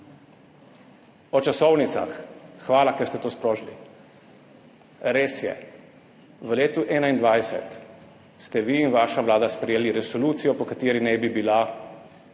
O časovnicah. Hvala, ker ste to sprožili. Res je, v letu 2021, ste vi in vaša vlada sprejeli resolucijo, po kateri naj bi bila